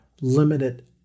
limited